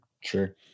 Sure